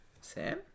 Sam